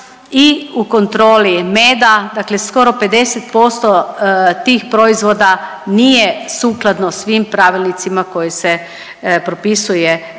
i u kontroli meda, dakle skoro 50% tih proizvoda nije sukladno svim pravilnicima koji se propisuje